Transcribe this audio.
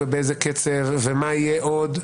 באיזה קצב ומה יהיה עוד,